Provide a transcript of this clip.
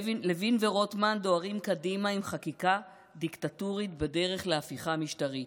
לוין ורוטמן דוהרים קדימה עם חקיקה דיקטטורית בדרך להפיכה משטרית,